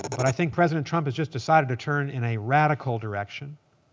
but i think president trump has just decided to turn in a radical direction.